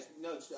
no